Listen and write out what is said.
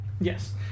Yes